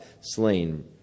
slain